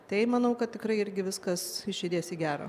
tai manau kad tikrai irgi viskas judės į gera